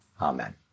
Amen